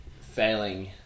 failing